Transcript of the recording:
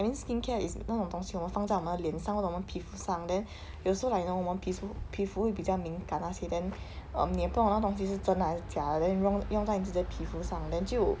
I think skincare is 那种东西我们放在我们的脸上那种我们皮肤上 then 有时候 like 你懂我们的皮肤皮肤会比较敏感那些 then um 你也不懂那东西是真的还是假的 then 用用在你自己的皮肤上 then 就